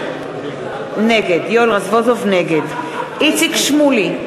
נגד איציק שמולי,